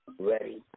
Ready